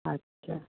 আচ্ছা